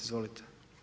Izvolite.